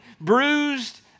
bruised